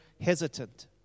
hesitant